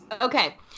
Okay